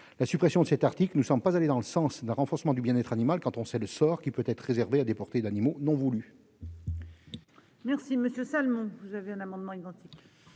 La suppression de cet article ne semble pas favoriser le renforcement du bien-être animal, car l'on sait le sort qui peut être réservé à des portées d'animaux non voulues.